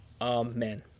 Amen